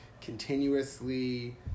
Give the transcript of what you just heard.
continuously